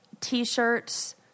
T-shirts